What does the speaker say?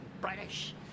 British